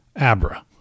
Abra